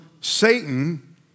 Satan